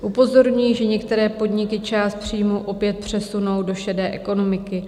Upozorňují, že některé podniky část příjmů opět přesunul do šedé ekonomiky.